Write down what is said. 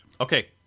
Okay